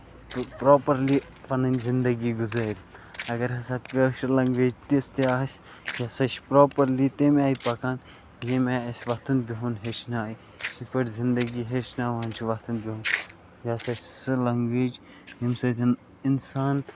properly پَنٕنۍ زِندگی گُزٲرِتھ اَگر ہسا کٲشِر لینگویج تِژھ تہِ آسہِ یہِ ہسا چھِ پروپَرلی تَمہِ آیہِ پَکان ییٚمہِ آیہِ اَسہِ وۄتھُن بِہُن ہیٚچھناوِ یِتھ پٲٹھۍ زِندگی ہٮ۪چھناوان چھِ وۄتھُن بِہُن یہِ سا چھِ سۄ لینگویج ییٚمہِ سۭتۍ اِنسان